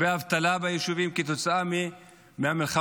יש הרבה אבטלה ביישובים כתוצאה מהמלחמה,